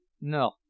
No